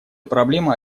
проблема